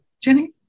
Jenny